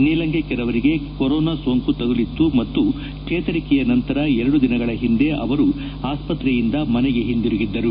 ನೀಲಂಗೆಕರ್ ಅವರಿಗೆ ಕರೋನ ಸೋಂಕು ತಗುಲಿತ್ತು ಮತ್ತು ಚೇತರಿಕೆಯ ನಂತರ ಎರಡು ದಿನಗಳ ಒಂದೆ ಅವರು ಆಸ್ತಕ್ರೆಯಿಂದ ಮನೆಗೆ ಒಂತಿರುಗಿದ್ದರು